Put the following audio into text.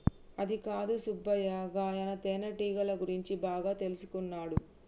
అదికాదు సుబ్బయ్య గాయన తేనెటీగల గురించి బాగా తెల్సుకున్నాడు